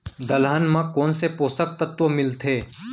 दलहन म कोन से पोसक तत्व मिलथे?